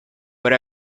but